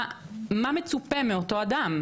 מה מצופה מאותו אדם?